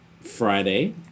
Friday